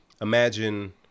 imagine